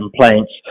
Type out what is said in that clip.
complaints